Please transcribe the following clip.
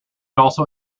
also